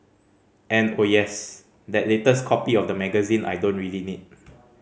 and oh yes that latest copy of the magazine I don't really need